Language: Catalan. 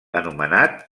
anomenat